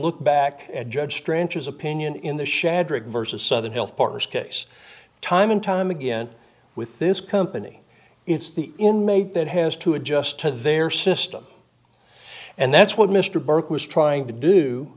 look back and judge tranches opinion in the shadrack vs southern health partners case time and time again with this company it's the inmate that has to adjust to their system and that's what mr burke was trying to do